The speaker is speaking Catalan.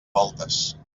voltes